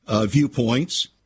viewpoints